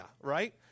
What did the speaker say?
right